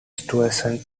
stuyvesant